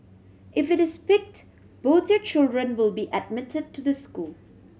if it is picked both your children will be admitted to the school